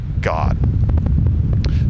god